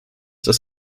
das